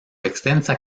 extensa